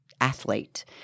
athlete